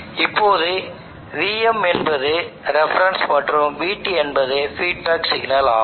இப்போது Vm என்பது reference மற்றும் Vt என்பது ஃபீட்பேக் சிக்னல் ஆகும்